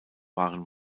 waren